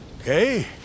okay